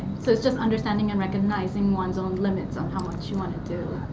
so it's just understanding and recognizing one's own limits on how much you want to do?